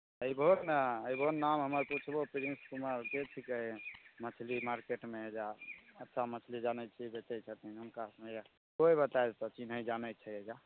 अइबहक ने अइबहो नाम हमर पुछबो प्रिन्स कुमारके थिकै मछली मार्केटमे एहिजाँ सब मछली जनय छी बेचय छथिन हुनका कोइ बताय देतौ चिन्हय जानय छै एहिजाँ